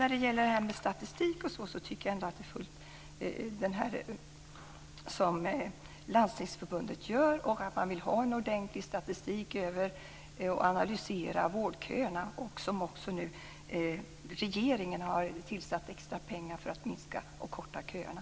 När det gäller tillgänglig statistik från Landstingsförbundet för att analysera vårdköerna har regeringen tillfört extra pengar för att korta av köerna.